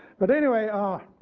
but anyway, ah